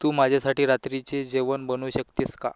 तू माझ्यासाठी रात्रीचे जेवण बनवू शकतेस का